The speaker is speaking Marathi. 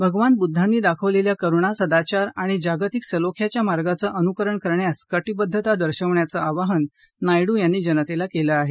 भगवान बुद्धांनी दाखवलेल्या करूणा सदाचार आणि जागतिक सलोख्याच्या मार्गाचं अनुकरण करण्यास कटिबद्धता दर्शवण्याचं आवाहन नायडू यांनी जनतेला केलं आहे